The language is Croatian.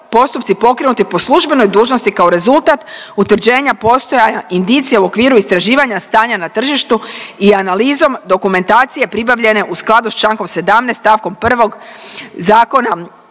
postupci pokrenuti po službenoj dužnosti kao rezultat utvrđenja postojanja indicija u okviru istraživanja stanja na tržištu i analizom dokumentacije pribavljene u skladu s čl. 17. st. 1. Zakona